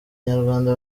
nyarwanda